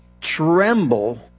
tremble